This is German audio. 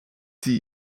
sie